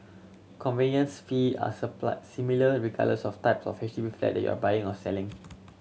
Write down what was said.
conveyance fee are supply similar regardless of type of H D B flat that you are buying or selling